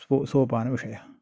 सो सोपान विषयः